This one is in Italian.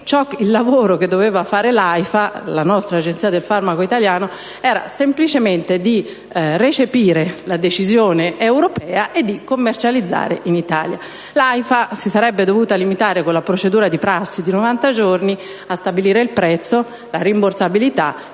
Il lavoro che avrebbe dovuto fare AIFA, la nostra Agenzia del farmaco italiano, era semplicemente quello di recepire la decisione europea e di commercializzare il prodotto in Italia. L'AIFA si sarebbe dovuta limitare, con la procedura di prassi di 90 giorni, a stabilire il prezzo, la rimborsabilità